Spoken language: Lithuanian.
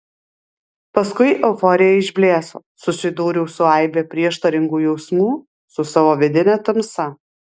paskui euforija išblėso susidūriau su aibe prieštaringų jausmų su savo vidine tamsa